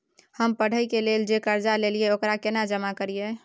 हम पढ़े के लेल जे कर्जा ललिये ओकरा केना जमा करिए?